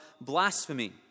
blasphemy